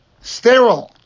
sterile